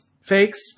fakes